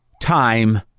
time